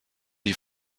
die